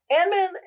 Ant-Man